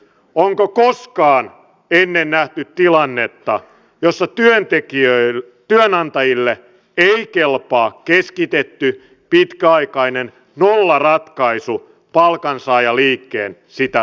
onko koskaan ennen nähty tilannetta jossa työnantajille ei kelpaa keskitetty pitkäaikainen nollaratkaisu palkansaajaliikkeen sitä tarjotessa